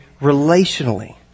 relationally